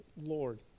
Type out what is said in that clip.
Lord